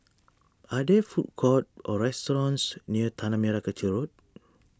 are there food courts or restaurants near Tanah Merah Kechil Road